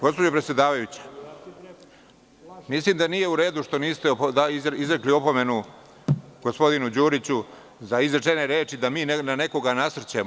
Gospođo predsedavajuća, mislim da nije u redu što niste izrekli opomenu gospodinu Đuriću za izrečene reči da mi na nekoga nasrćemo.